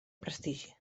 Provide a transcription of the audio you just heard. prestigi